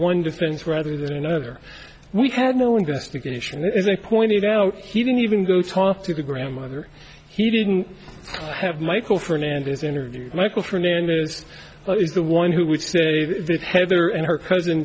one defense rather than another we had no investigation and as i pointed out he didn't even go talk to the grandmother he didn't have michael fernandez interview michael fernandez is the one who would say heather and her cousin